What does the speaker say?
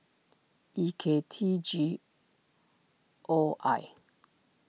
E K T G O I